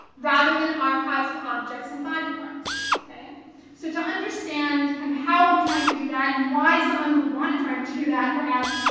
rather than archives of objects and body parts. so, to understand, kind of how i'm trying to do that and why someone would want to try to do that, perhaps,